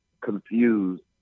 confused